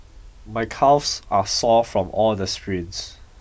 my calves are sore from all the sprints